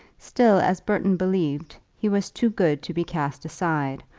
still, as burton believed, he was too good to be cast aside,